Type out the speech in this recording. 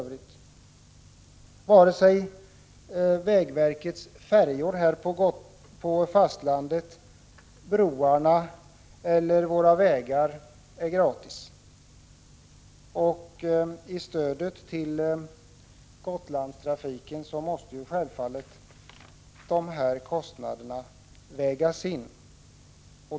Varken vägverkets färjor eller broarna och vägarna på fastlandet är gratis, och i stödet till Gotlandstrafiken måste givetvis jämförbara kostnader på fastlandet vägas in.